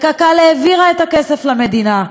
קק"ל העבירה את הכסף למדינה.